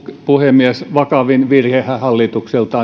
puhemies vakavin virhehän hallitukselta